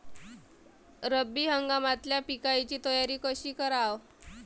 रब्बी हंगामातल्या पिकाइची तयारी कशी कराव?